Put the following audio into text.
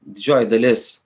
didžioji dalis